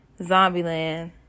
Zombieland